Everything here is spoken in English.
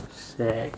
shag